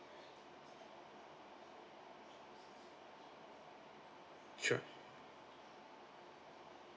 sure